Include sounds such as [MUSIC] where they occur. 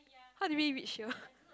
how did we reach here [LAUGHS]